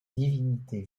divinités